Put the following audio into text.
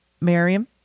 Miriam